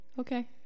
Okay